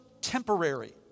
temporary